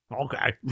Okay